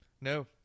No